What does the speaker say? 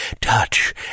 touch